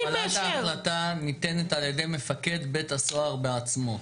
קבלת ההחלטה ניתנת על ידי מפקד בית הסוהר בעצמו.